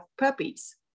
puppies